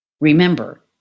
remember